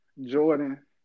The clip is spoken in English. Jordan